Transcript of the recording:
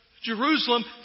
Jerusalem